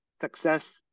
success